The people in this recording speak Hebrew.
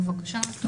בבקשה.